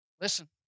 Listen